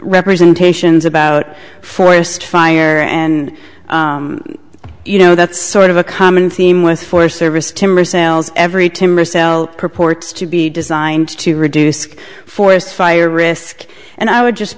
representations about forest fire and you know that's sort of a common theme with for service timber sales every timber sale purports to be designed to reduce forest fire risk and i would just